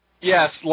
Yes